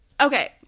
okay